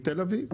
מתל אביב.